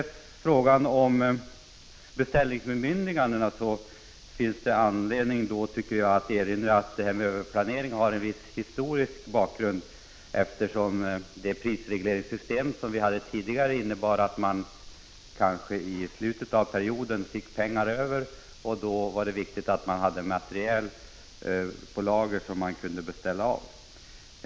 I fråga om beställningsbemyndigandena finns det skäl att erinra om att företeelsen överplanering har en viss historisk bakgrund. Det prisregleringssystem som gällde tidigare innebar att man i slutet av perioden kanske fick pengar över. Då var det viktigt att man hade materiel på lager som man kunde beställa av.